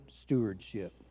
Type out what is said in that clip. stewardship